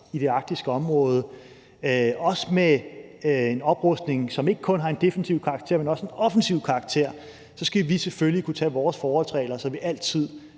i det arktiske område, også med en oprustning, som ikke kun har en defensiv karakter, men også en offensiv karakter, skal vi selvfølgelig kunne tage vores forholdsregler, så vi altid